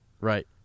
Right